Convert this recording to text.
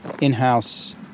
in-house